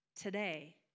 today